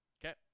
Okay